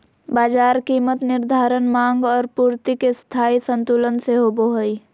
बाजार कीमत निर्धारण माँग और पूर्ति के स्थायी संतुलन से होबो हइ